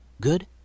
Good